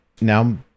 now